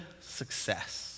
success